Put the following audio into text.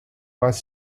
bus